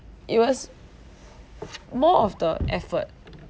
it was more of the effort